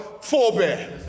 forebear